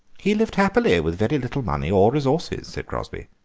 he lived happily with very little money or resources, said crosby.